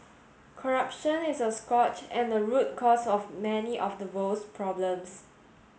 corruption is a scourge and a root cause of many of the world's problems